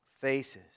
faces